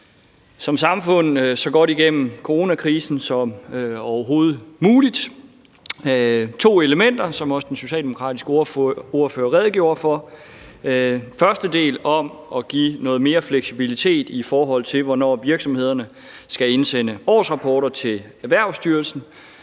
som samfund så godt igennem coronakrisen som overhovedet muligt, med to elementer, som også den socialdemokratiske ordfører redegjorde for. Den første del handler om at give noget mere fleksibilitet, i forhold til hvornår virksomhederne skal indsende årsrapporter til Erhvervsstyrelsen.